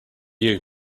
you